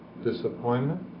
disappointment